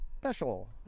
special